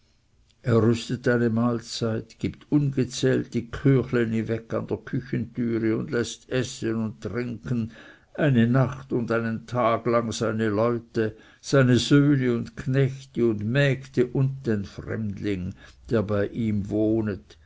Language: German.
rüstet eine mahlzeit gibt ungezählt die küchleni weg an der küchetüre und läßt essen und trinken eine nacht und einen tag lang seine leute seine söhne und knechte und mägde und den fremdling der bei ihm wohnet